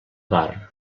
bar